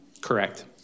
correct